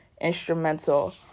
instrumental